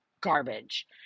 garbage